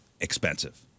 expensive